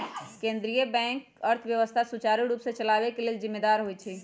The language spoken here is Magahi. केंद्रीय बैंक अर्थव्यवस्था सुचारू रूप से चलाबे के लेल जिम्मेदार होइ छइ